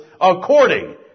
according